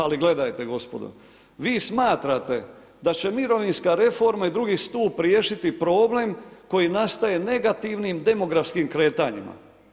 Ali gledajte gospodo, vi smatrate da će mirovinska reforma i II. stup riješiti problem koji nastaje negativnim demografskim kretanjima.